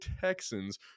Texans